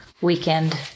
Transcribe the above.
weekend